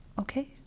Okay